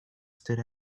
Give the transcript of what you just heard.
stood